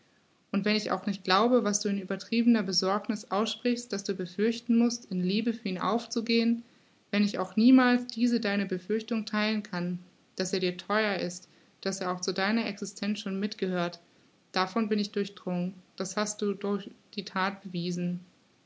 und wenn ich auch nicht glaube was du in übertriebener besorgniß aussprichst daß du befürchten mußt in liebe für ihn aufzugehen wenn ich auch niemals diese deine befürchtung theilen kann daß er dir theuer ist daß er auch zu deiner existenz schon mit gehört davon bin ich durchdrungen das hast du durch die that bewiesen